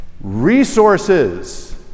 Resources